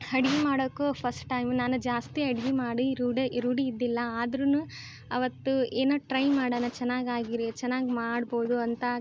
ಅಡ್ಗೆ ಮಾಡೋಕ್ಕೂ first time ನಾನು ಜಾಸ್ತಿ ಅಡ್ಗೆ ಮಾಡಿ ರೂಢಿ ಎ ರೂಢಿ ಇದ್ದಿಲ್ಲ ಆದರೂ ಅವತ್ತು ಏನು ಟ್ರೈ ಮಾಡೋಣ ಚೆನ್ನಾಗಿ ಆಗಿದ್ರೆ ಚೆನ್ನಾಗಿ ಮಾಡ್ಬೋದು ಅಂತ